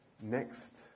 Next